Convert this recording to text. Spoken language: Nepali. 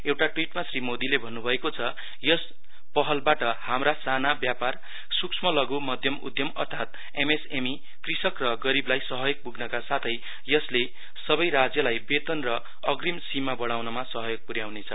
एउटा ट्वीटमा श्री मोदीले भन्नुभएको छ यस पहलबाट हाम्रा साना व्यापार सूक्ष्म लघु मध्यम उद्यम अर्थात एमएसएमइ कृषक र गरीबलाई सहयोग पुग्नका साथै यसले सबै राज्यलाई वेतन र अग्रिम सीमा बढ़ाउनमा सहयोग पुर्याउनेछ